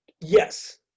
Yes